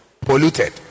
Polluted